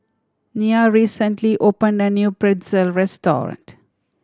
Nya recently opened a new Pretzel restaurant